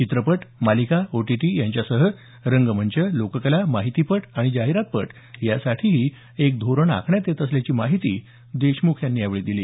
चित्रपट मालिका ओटीटी यांच्यासह रंगमंच लोककला माहितीपट जाहिरातपट यासाठीही एक धोरण आखण्यात येत असल्याची माहिती देशमुख यांनी यावेळी दिली